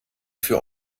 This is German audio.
für